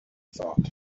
thought